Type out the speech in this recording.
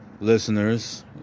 listeners